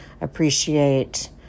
appreciate